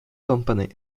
company